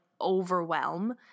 overwhelm